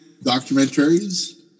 documentaries